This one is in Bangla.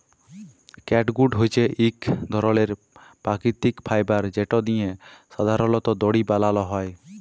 ক্যাটগুট হছে ইক ধরলের পাকিতিক ফাইবার যেট দিঁয়ে সাধারলত দড়ি বালাল হ্যয়